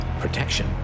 protection